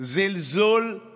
זה זלזול של